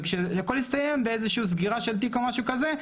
וכשהכול יסתיים באיזו שהיא סגירה של תיק או משהו כזה,